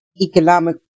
Economic